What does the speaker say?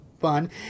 fun